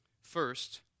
First